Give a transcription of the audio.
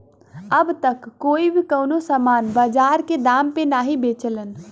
अब त कोई भी कउनो सामान बाजार के दाम पे नाहीं बेचलन